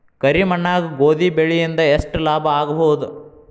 ಕರಿ ಮಣ್ಣಾಗ ಗೋಧಿ ಬೆಳಿ ಇಂದ ಎಷ್ಟ ಲಾಭ ಆಗಬಹುದ?